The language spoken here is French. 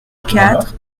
quatre